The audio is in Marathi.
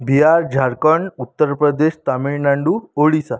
बिहार झारखंड उत्तर प्रदेश तमिळनाडू ओरिसा